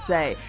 Say